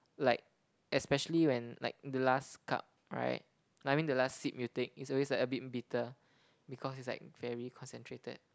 like especially when like the last cup right I mean the last sip you take is always like a bit bitter because it's like very concentrated